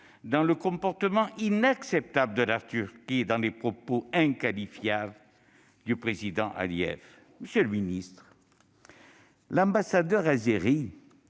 dans le comportement inacceptable de la Turquie et dans les propos inqualifiables du président Aliyev. Monsieur le secrétaire d'État, l'ambassadeur azéri